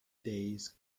days